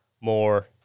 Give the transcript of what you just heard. more